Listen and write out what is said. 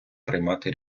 приймати